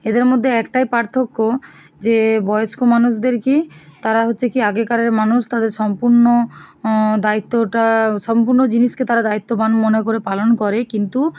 এদের মধ্যে একটাই পার্থক্য যে বয়স্ক মানুষদের কী তারা হচ্ছে কী আগেকারের মানুষ তাদের সম্পূর্ণ দায়িত্বটা সম্পূর্ণ জিনিসকে তারা দায়িত্ববান মনে করে পালন করে কিন্তু